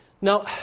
Now